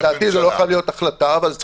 לדעתי זאת לא חייבת להיות החלטה אבל זאת